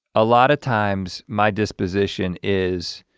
a lot of times, my disposition is